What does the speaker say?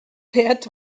bert